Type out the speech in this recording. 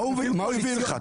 מה הוא הביא לך?